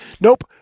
nope